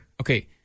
Okay